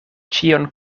ĉion